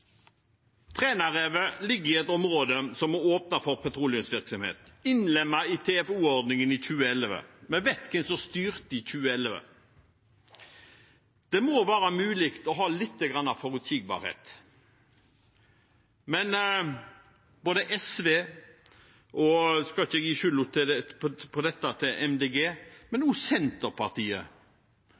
ligger i et område som er åpnet for petroleumsaktivitet, innlemmet i TFO-ordningen i 2011. Vi vet hvem som styrte i 2011. Det må være mulig å ha lite grann forutsigbarhet. Men både SV og – nå skal jeg ikke gi Miljøpartiet De Grønne skylden for dette – Senterpartiet er med på